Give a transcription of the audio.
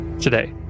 Today